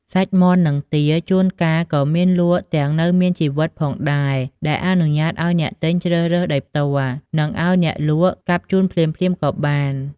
សាច់មាន់ និងទា ជួនកាលក៏មានលក់ទាំងនៅមានជីវិតផងដែរ ដែលអនុញ្ញាតឲ្យអ្នកទិញជ្រើសរើសដោយផ្ទាល់ និងឲ្យអ្នកលក់កាប់ជូនភ្លាមៗក៏បាន។